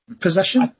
Possession